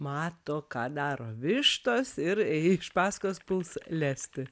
mato ką daro vištos ir iš paskos puls lesti